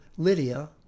Lydia